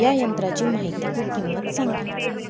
या यंत्रांची माहिती व किंमत सांगा?